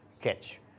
catch